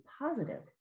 positive